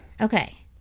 okay